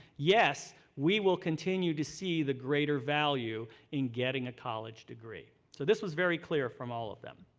yes, we will continue to see the greater value in getting a college degree. so this was very clear from all of them.